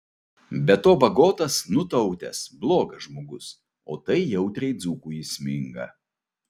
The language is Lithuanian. be to bagotas nutautęs blogas žmogus o tai jautriai dzūkui įsminga